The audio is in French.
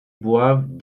boivent